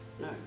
no